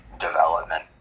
development